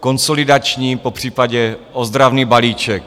konsolidační, popřípadě ozdravný balíček.